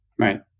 Right